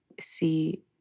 see